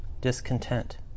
discontent